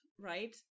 right